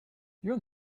you